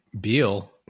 Beal